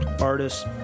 artists